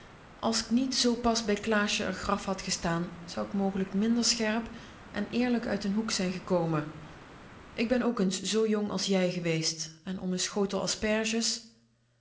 als k niet zoo pas bij klaasje r graf had gestaan zou k mogelijk minder scherp en eerlijk uit den hoek zijn gekomen ik ben ook eens zoo jong als jij geweest en om n schotel asperges